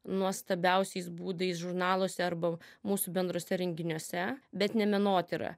nuostabiausiais būdais žurnaluose arba mūsų bendruose renginiuose bet ne menotyrą